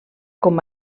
com